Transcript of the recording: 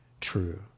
true